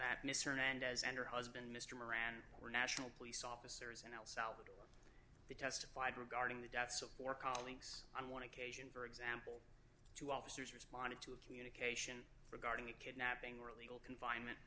hernandez and her husband mr moran were national police officers in el salvador they testified regarding the deaths of four colleagues on one occasion for example two officers responded to a communication regarding the kidnapping were illegal confinement